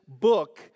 book